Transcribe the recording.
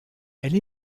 elle